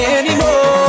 anymore